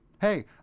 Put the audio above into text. Hey